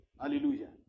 Hallelujah